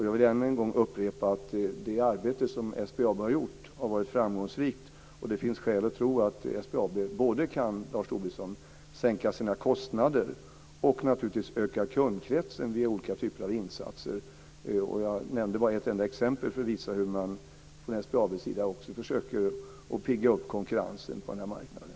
Jag vill ännu en gång upprepa att det arbete som SBAB gjort har varit framgångsrikt. Det finns skäl att tro, Lars Tobisson, att SBAB både kan sänka sina kostnader och, naturligtvis, öka kundkretsen via olika typer av insatser. Jag nämnde bara ett enda exempel för att visa hur man från SBAB:s sida också försöker pigga upp konkurrensen på den här marknaden.